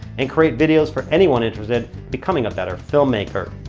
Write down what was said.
and create videos for anyone interested in becoming a better filmmaker.